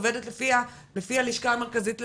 עובדת לפי הלשכה המרכזית לסטטיסטיקה,